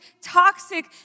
toxic